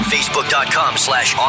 Facebook.com/slash